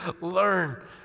learn